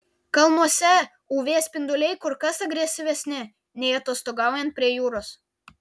kalnuose uv spinduliai kur kas agresyvesni nei atostogaujant prie jūros